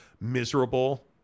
miserable